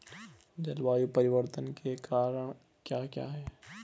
जलवायु परिवर्तन के कारण क्या क्या हैं?